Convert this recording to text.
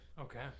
Okay